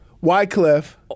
Wycliffe